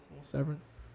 severance